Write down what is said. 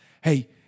hey